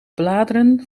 bladeren